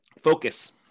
Focus